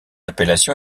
appellation